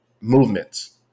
movements